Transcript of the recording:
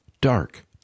dark